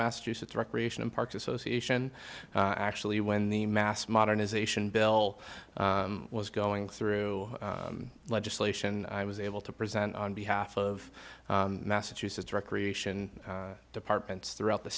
massachusetts recreation and parks association actually when the mass modernization bill was going through legislation i was able to present on behalf of massachusetts recreation departments throughout the